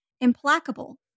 Implacable